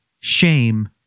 shame